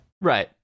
right